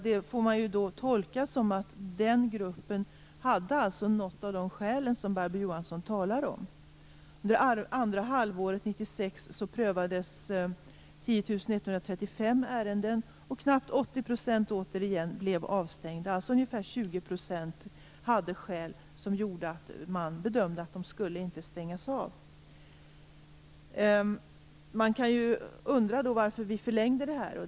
Det får man tolka som att den gruppen hade något av de skäl som Barbro Johansson talar om. Under andra halvåret 80 % avstängda. Ungefär 20 % hade alltså skäl som gjorde att man bedömde att de inte skulle stängas av. Man kan ju undra varför vi förlängde det här.